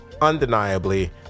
undeniably